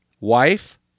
wife